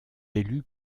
élus